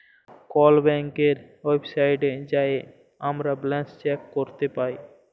call ব্যাংকের ওয়েবসাইটে যাঁয়ে আমরা ব্যাল্যান্স চ্যাক ক্যরতে পায়